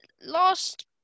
Last